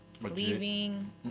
leaving